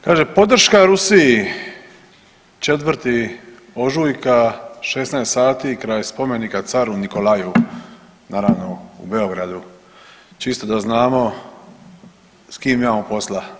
Kaže podrška Rusiji, 4. ožujka, 16 sati kraj spomenika caru Nikolaju, naravno, u Beogradu, čisto da znamo s kim imamo posla.